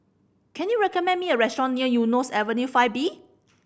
can you recommend me a restaurant near Eunos Avenue Five B